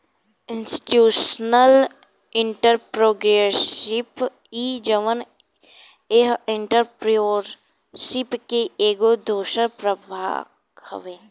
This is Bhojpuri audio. इंस्टीट्यूशनल एंटरप्रेन्योरशिप इ जवन ह एंटरप्रेन्योरशिप के ही एगो दोसर प्रकार हवे